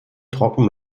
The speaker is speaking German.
trocken